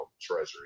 Treasury